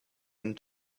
and